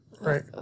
right